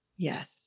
Yes